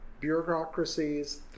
bureaucracies